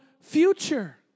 future